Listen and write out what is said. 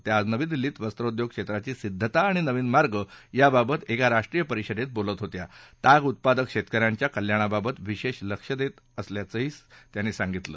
त्या आज नवी दिल्लीत वस्त्रोदयोग क्षेत्राची सिद्धता आणि नविन मार्ग याबाबत एका राष्ट्रीय परिषदेत बोलत होत्या ताग उत्पादक शेतक यांच्या कल्याणाबाबत विशेष लक्ष देत आहे असं त्यांनी सांगितलं